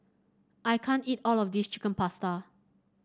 I can't eat all of this Chicken Pasta